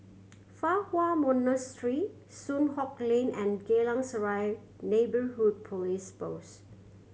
Fa Hua Monastery Soon Hock Lane and Geylang Serai Neighbourhood Police Post